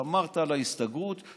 שמרת על ההסתגרות,